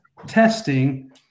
Testing